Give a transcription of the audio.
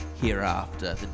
hereafter